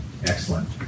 Excellent